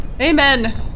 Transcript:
Amen